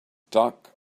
duck